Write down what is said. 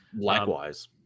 Likewise